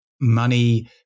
money